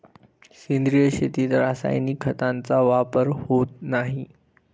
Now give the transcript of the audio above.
सेंद्रिय शेतीत रासायनिक खतांचा वापर होत नाही